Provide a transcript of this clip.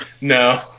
no